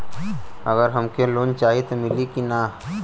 अगर हमके लोन चाही त मिली की ना?